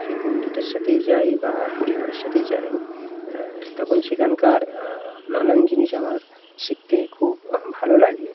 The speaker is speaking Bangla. সে বন্ধুদের সাথেই যাই বা পরিবারের সাথে যাই তখন সেখানকার নানান জিনিস আমার শিখতে খুব ভালো লাগে